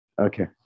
Okay